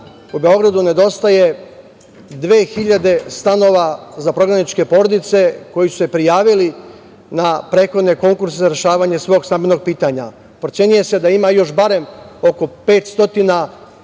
u Beogradu nedostaje 2.000 stanova za prognaničke porodice koji su se prijavili na prethodne konkurse za rešavanje svog stambenog pitanja. Procenjuje se da ima još barem oko 500